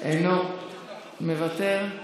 מוותר.